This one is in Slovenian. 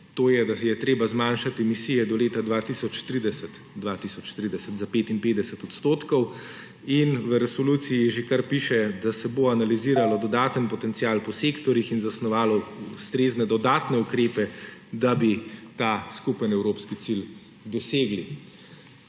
to je, da je treba zmanjšati emisije do leta 2030 – 2030! – za 55 odstotkov. In v resoluciji že kar piše, da se bo analiziralo dodaten potencial po sektorjih in zasnovalo ustrezne dodatne ukrepe, da bi ta skupen evropski cilj dosegli.